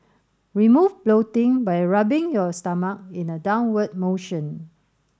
we move floating by rubbing your stomach in an downward motion